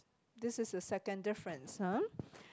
this is a second difference ha